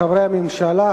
חברי הממשלה,